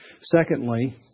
Secondly